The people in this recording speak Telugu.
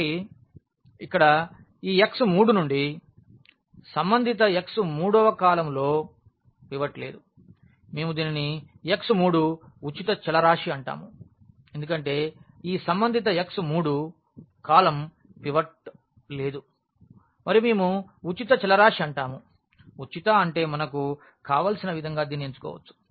కాబట్టి ఇక్కడ ఈ x3నుండి సంబంధిత x3 మూడవ కాలమ్ లో పివట్ లేదు మేము దీనిని x3 ఉచిత చలరాశి అంటాము ఎందుకంటే ఈ సంబంధితx3 కాలమ్ పివట్ లేదు మరియు మేము ఉచిత చలరాశి అంటాము ఉచిత అంటే మనకు కావలసిన విధంగా దీన్ని ఎంచుకోవచ్చు